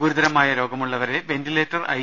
ഗുരുതരമായ രോഗമുള്ളവരെ ventilator I